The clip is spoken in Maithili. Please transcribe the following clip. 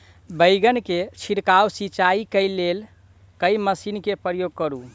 बैंगन केँ छिड़काव सिचाई केँ लेल केँ मशीन केँ प्रयोग करू?